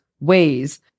ways